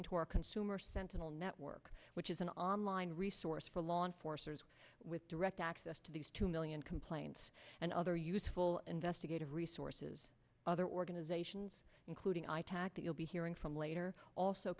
into our consumer sentinel network which is an online resource for law enforcers with direct access to these two million complaints and other useful investigative resources other organizations including i tak that you'll be hearing from later also